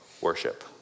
worship